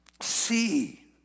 See